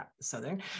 Southern